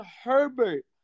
Herbert